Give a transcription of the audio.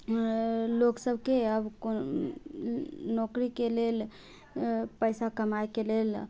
लोक सबके आब नौकरीके लेल पैसा कमाइके लेल